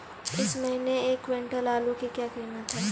इस महीने एक क्विंटल आलू की क्या कीमत है?